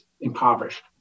impoverished